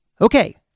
Okay